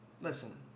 Listen